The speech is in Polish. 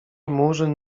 murzyn